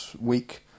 week